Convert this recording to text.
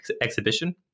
exhibition